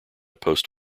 post